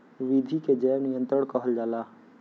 विधि के जैव नियंत्रण कहल जाला